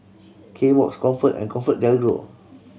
Kbox Comfort and ComfortDelGro